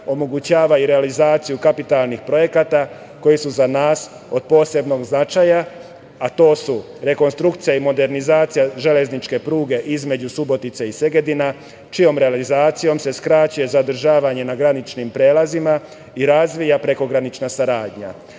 omogućava i realizaciju kapitalnih projekata koji su za nas od posebnog značaja, a to su rekonstrukcija i modernizacija železničke pruge između Subotice i Segedina, čijom realizacijom se skraćuje zadržavanje na graničnim prelazima i razvija prekogranična saradnja. Dalje,